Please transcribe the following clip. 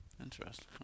Interesting